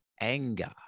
anger